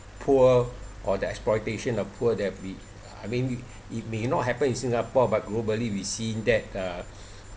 poor or the exploitation of poor that we I mean it may not happen in singapore but globally we seen that uh